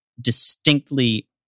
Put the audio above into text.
distinctly